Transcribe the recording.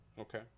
Okay